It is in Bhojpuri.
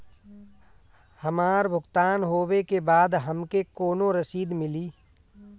हमार भुगतान होबे के बाद हमके कौनो रसीद मिली?